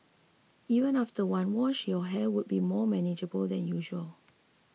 even after one wash your hair would be more manageable than usual